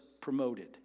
promoted